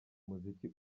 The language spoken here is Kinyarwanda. muziki